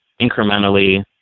incrementally